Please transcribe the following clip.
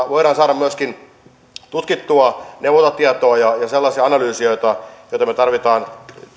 voidaan saada myöskin tutkittua neuvontatietoa ja sellaisia analyyseja joita me tarvitsemme